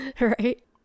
right